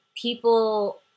people